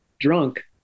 drunk